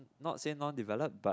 not say non developed but